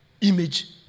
Image